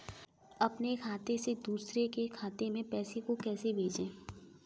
अपने खाते से दूसरे के खाते में पैसे को कैसे भेजे?